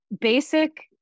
Basic